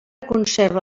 conserva